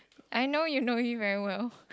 I know you know me very well